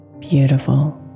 beautiful